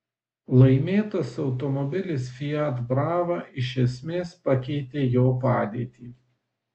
laimėtas automobilis fiat brava iš esmės pakeitė jo padėtį